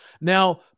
Now